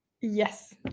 Yes